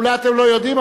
אולי אתם לא יודעים,